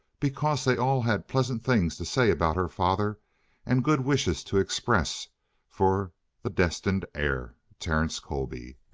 because they all had pleasant things to say about her father and good wishes to express for the destined heir, terence colby.